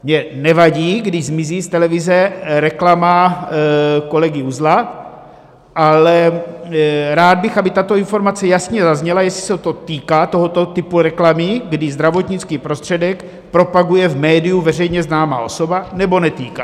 Mně nevadí, když zmizí z televize reklama kolegy Uzla, ale rád bych, aby tato informace jasně zazněla, jestli se to týká tohoto typu reklamy, kdy zdravotnický prostředek propaguje v médiu veřejně známá osoba, nebo netýká.